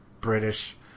British